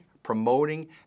promoting